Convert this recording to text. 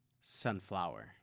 sunflower